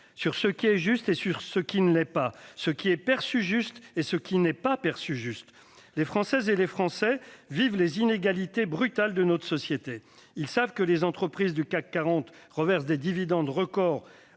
entre ce qui est juste et ce qui ne l'est pas, ce qui est perçu comme juste et ce qui ne l'est pas. Les Françaises et les Français subissent les inégalités brutales de notre société. Ils savent que les entreprises du CAC 40 reversent des dividendes records